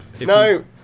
No